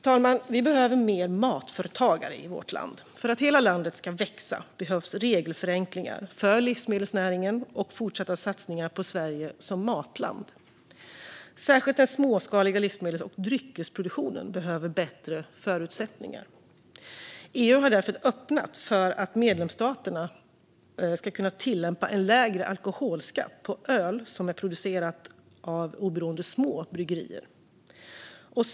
Fru talman! Vi behöver fler matföretagare i vårt land. För att hela landet ska växa behövs regelförenklingar för livsmedelsnäringen och fortsatta satsningar på Sverige som matland. Särskilt den småskaliga livsmedels och dryckesproduktionen behöver bättre förutsättningar. EU har därför öppnat för att medlemsstaterna ska kunna tillämpa en lägre alkoholskatt på öl som är producerad av oberoende små bryggerier.